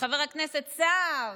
חבר הכנסת סער,